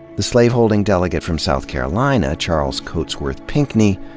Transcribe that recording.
the slaveholding delegate from south carolina, charles cotesworth pinckney,